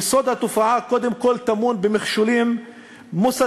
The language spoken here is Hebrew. יסוד התופעה קודם כול טמון במכשולים מוסדיים,